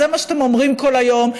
זה מה שאתם אומרים כל היום,